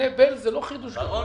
השאלה